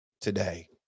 today